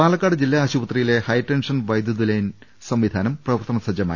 പാലക്കാട് ജില്ലാ ആശുപത്രിയിലെ ഉഹെടെൻഷൻ വൈദ്യുത ലൈൻ സംവിധാനം പ്രവർത്തന സജ്ജമായി